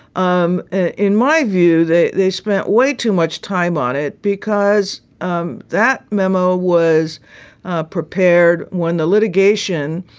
um in my view, they they spent way too much time on it because um that memo was prepared when the litigation